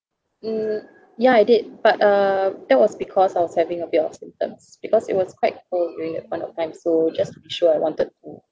mm ya I did but uh that was because I was having a bit of symptoms because it was quite cold during that point of time so just to be sure I wanted to